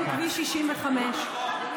ועוד מיליארד שקל לתשתיות בחברה הערבית.